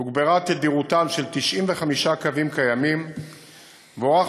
תוגברה תדירותם של 95 קווים קיימים והוארך